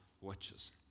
watches